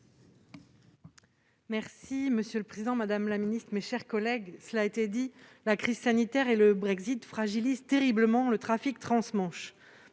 Brulin. Monsieur le président, madame la ministre, mes chers collègues, la crise sanitaire et le Brexit fragilisent terriblement le trafic trans-Manche.